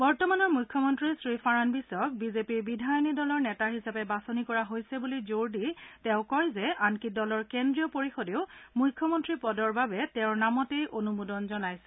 বৰ্তমানৰ মুখ্যমন্ত্ৰী শ্ৰীফাড়নবিছক বিজেপিৰ বিধায়িনী দলৰ নেতা হিচাপে বাচনি কৰা হৈছে বুলি জোৰ দি তেওঁ কয় যে আনকি দলৰ কেন্দ্ৰীয় পৰিষদেও মুখ্যমন্ত্ৰী পদৰ বাবে তেওঁৰ নামত অনুমোদন জনাইছে